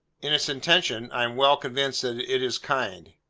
in its intention, i am well convinced that it is kind,